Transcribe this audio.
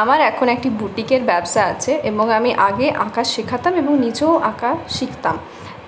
আমার এখন একটি বুটিকের ব্যবসা আছে এবং আমি আগে আঁকা শেখাতাম এবং নিজেও আঁকা শিখতাম